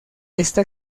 esta